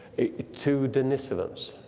to denisovans.